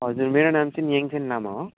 हजुर मेरो नाम चाहिँ यङसेन लामा हो